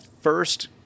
first